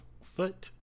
foot